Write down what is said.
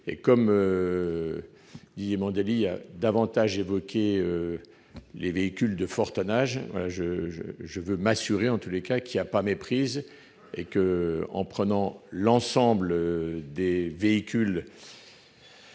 Comme Didier Mandelli a davantage évoqué les véhicules de fort tonnage, je veux m'assurer qu'il n'y a pas méprise, et que l'ensemble des véhicules